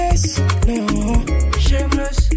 shameless